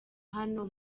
hano